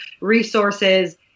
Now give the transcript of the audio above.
resources